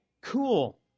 cool